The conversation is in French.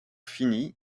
fini